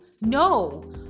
No